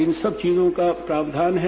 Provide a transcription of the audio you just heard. इन सब चीजों का प्रावधान है